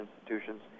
institutions